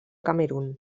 camerun